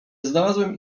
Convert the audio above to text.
znalazłem